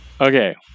Okay